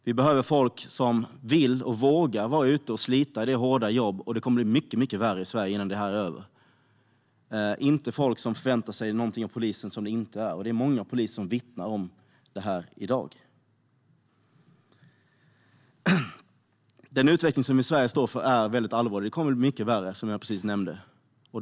Vi behöver folk som vill och vågar vara ute och slita i detta hårda jobb. Det kommer att bli mycket, mycket värre i Sverige innan detta är över. Vi behöver inte folk i polisen som väntar sig något annat. Det är många inom polisen som vittnar om detta i dag. Den utveckling som vi i Sverige står inför är allvarlig. Det kommer att bli mycket värre, som jag just sa.